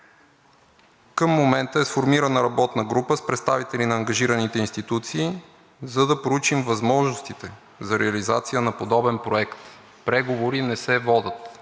Към момента е сформирана работна група с представители на ангажираните институции, за да проучим възможностите за реализация на подобен проект. Преговори не се водят,